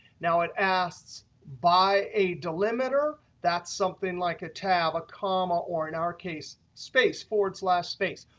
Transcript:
now, it asks by a delimiter. that's something like a tab, a comma or in our case space, forward slash, space.